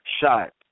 shot